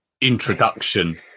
introduction